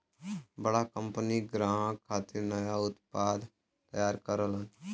बड़ा कंपनी ग्राहक खातिर नया उत्पाद तैयार करलन